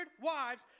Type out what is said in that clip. wives